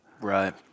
Right